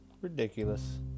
Ridiculous